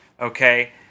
okay